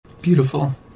Beautiful